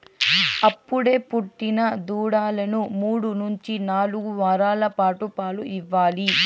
అప్పుడే పుట్టిన దూడలకు మూడు నుంచి నాలుగు వారాల పాటు పాలు ఇవ్వాలి